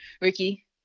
Ricky